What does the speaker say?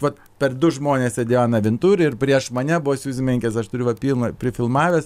vat per du žmones sėdėjo ana vintur ir prieš mane buvo siuzi menkes aš turiu va pilna prifilmavęs